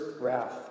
wrath